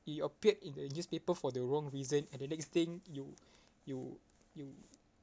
you appeared in a newspaper for the wrong reason and the next thing you you you